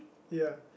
ya